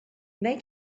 they